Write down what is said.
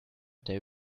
they